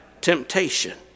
temptation